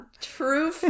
true